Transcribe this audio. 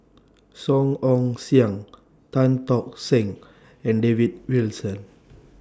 Song Ong Siang Tan Tock Seng and David Wilson